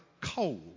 coal